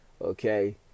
Okay